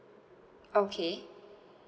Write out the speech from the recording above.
okay